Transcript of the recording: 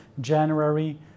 January